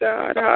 God